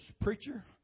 preacher